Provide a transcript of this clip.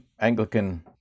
Anglican